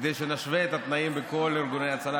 כדי שנשווה את התנאים בין כל ארגוני ההצלה.